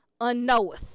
unknoweth